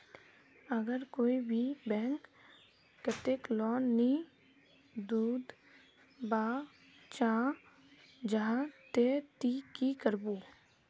अगर कोई भी बैंक कतेक लोन नी दूध बा चाँ जाहा ते ती की करबो?